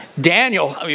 Daniel